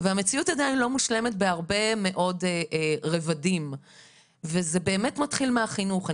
והמציאות עדיין לא מושלמת בהרבה מאוד רבדים וזה באמת מתחיל מהחינוך.